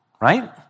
Right